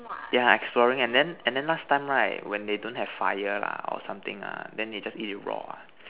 yeah exploring and then and then last time right when they don't have fire lah or something ah then they just eat it raw